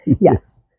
yes